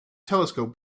telescope